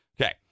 Okay